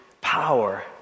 power